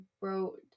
wrote